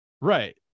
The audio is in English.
right